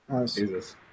Jesus